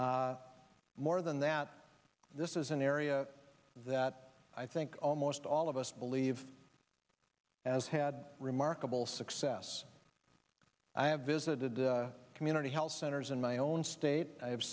more than that this is an area that i think almost all of us believe as had remarkable success i have visited the community health centers in my own state i